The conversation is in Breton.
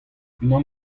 unan